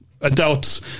adults